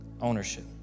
ownership